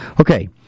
Okay